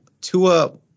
Tua